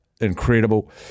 incredible